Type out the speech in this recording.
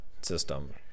system